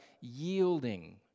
yielding